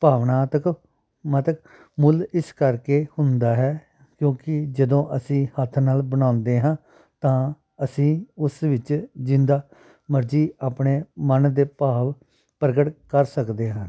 ਭਾਵਨਾਤਮਕ ਮੁੱਲ ਇਸ ਕਰਕੇ ਹੁੰਦਾ ਹੈ ਕਿਉਂਕਿ ਜਦੋਂ ਅਸੀਂ ਹੱਥ ਨਾਲ ਬਣਾਉਂਦੇ ਹਾਂ ਤਾਂ ਅਸੀਂ ਉਸ ਵਿੱਚ ਜਿੱਦਾਂ ਮਰਜੀ ਆਪਣੇ ਮਨ ਦੇ ਭਾਵ ਪ੍ਰਗਟ ਕਰ ਸਕਦੇ ਹਾਂ